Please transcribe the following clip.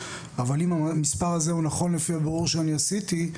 אבל אם המספר הזה הוא נכון לפי הבירור שאני עשיתי,